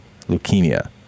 leukemia